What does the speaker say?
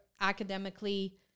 academically